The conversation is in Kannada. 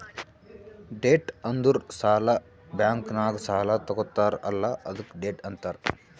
ಡೆಟ್ ಅಂದುರ್ ಸಾಲ, ಬ್ಯಾಂಕ್ ನಾಗ್ ಸಾಲಾ ತಗೊತ್ತಾರ್ ಅಲ್ಲಾ ಅದ್ಕೆ ಡೆಟ್ ಅಂತಾರ್